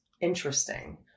interesting